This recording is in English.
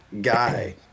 guy